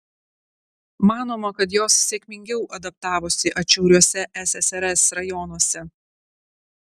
manoma kad jos sėkmingiau adaptavosi atšiauriuose ssrs rajonuose